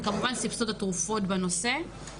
וכמובן - סבסוד התרופות לנושא.